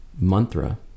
mantra